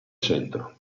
centro